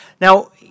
Now